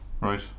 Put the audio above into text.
Right